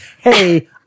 Hey